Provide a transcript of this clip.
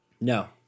No